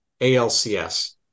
ALCS